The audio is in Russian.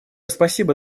спасибо